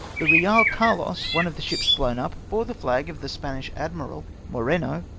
the real carlos, one of the ships blown up, bore the flag of the spanish admiral, moreno,